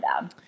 down